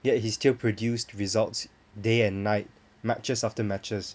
yet he's still produced results day and night matches after the matches